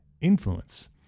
influence